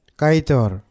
kaitor